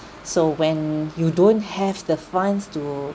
so when you don't have the funds to